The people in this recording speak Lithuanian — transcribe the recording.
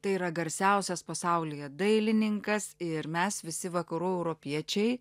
tai yra garsiausias pasaulyje dailininkas ir mes visi vakarų europiečiai